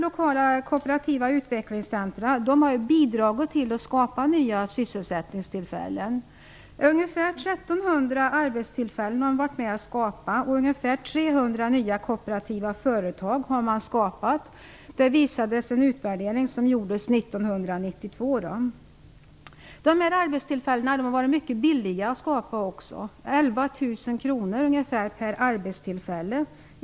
Lokala kooperativa utvecklingscentra har bidragit till att skapa nya sysselsättningstillfällen. De har varit med om att skapa ungefär 1 300 arbetstillfällen och ca 300 nya kooperativa företag. Detta visades i en utvärdering som gjordes år 1992. Det var också mycket billigt att skapa dessa arbetstillfällen.